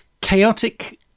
chaotic